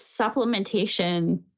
supplementation